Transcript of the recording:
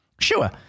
Sure